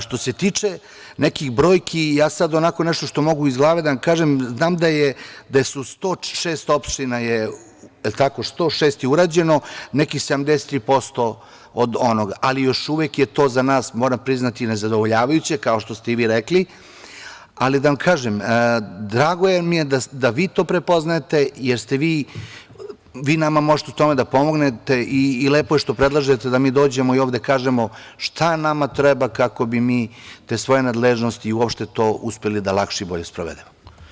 Što se tiče nekih brojki, ja sad onako nešto što mogu iz glave da vam kažem, znam da je 106 opština, da li je tako, 106 je urađeno, nekih 73% od onoga, ali još uvek je to za nas, moram priznati, nezadovoljavajuće kao što ste i vi rekli, ali da vam kažem, drago mi je da vi to prepoznajete jer ste vi, vi nama možete u tome da pomognete i lepo je što predlažete da mi dođemo i ovde kažemo šta nama treba kako bi mi te svoje nadležnosti i uopšte to uspeli da lakše i bolje sprovedemo.